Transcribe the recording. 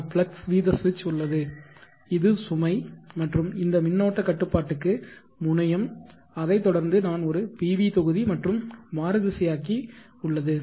ஒரு ஃப்ளக்ஸ் வீத சுவிட்ச் உள்ளது இது சுமை மற்றும் இந்த மின்னோட்ட கட்டுப்பாட்டுக்கு முனையம்அதைத்தொடர்ந்து நான் ஒரு PV தொகுதி மற்றும் மாறுதிசையாக்கி உள்ளது